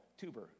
tuber